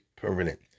permanent